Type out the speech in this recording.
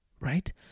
right